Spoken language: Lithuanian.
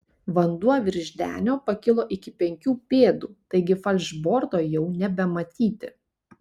vanduo virš denio pakilo iki penkių pėdų taigi falšborto jau nebematyti